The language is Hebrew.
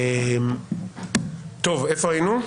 איפה היינו?